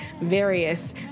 various